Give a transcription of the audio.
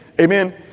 Amen